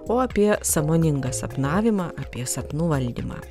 o apie sąmoningą sapnavimą apie sapnų valdymą